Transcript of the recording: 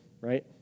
Right